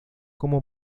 como